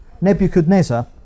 Nebuchadnezzar